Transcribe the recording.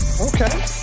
Okay